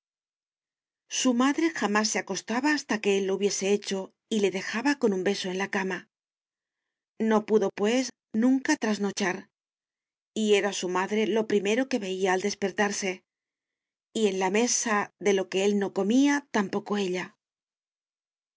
su madre jamás se acostaba hasta que él lo hubiese hecho y le dejaba con un beso en la cama no pudo pues nunca trasnochar y era su madre lo primero que veía al despertarse y en la mesa de lo que él no comía tampoco ella